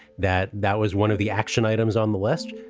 that that was one of the action items on the west.